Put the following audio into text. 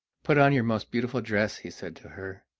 put on your most beautiful dress, he said to her,